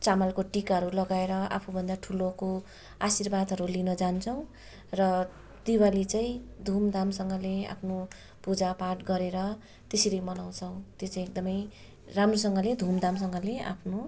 चामलको टीकाहरू लगाएर आफुभन्दा ठुलोको आशीर्वादहरू लिन जान्छौँ र दिवाली चाहिँ धुमधामसँगले आफ्नो पूजापाठ गरेर त्यसरी मनाउँछौँ त्यो चाहिँ एकदमै राम्रोसँगले धुमधामसँगले आफ्नो